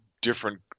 different